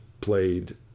played